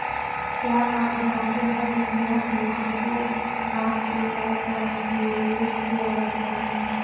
क्या आप जानते है विनोवर, भूंसी को अनाज से अलग करने के लिए किया जाता है?